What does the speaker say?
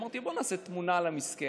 אמרתי: בוא נעשה תמונה למזכרת,